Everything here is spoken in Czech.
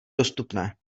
dostupné